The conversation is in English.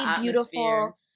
beautiful